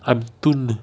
I'm tun uh